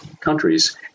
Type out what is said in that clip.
countries